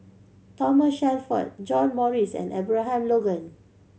Thomas Shelford John Morrice and Abraham Logan